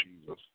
Jesus